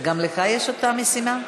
גם לך יש אותה משימה?